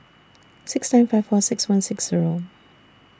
six nine five four six one six Zero